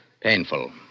painful